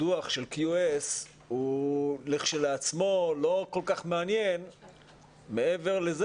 הדוח של QS הוא כשלעצמו לא כל כך מעניין מעבר לזה